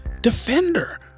Defender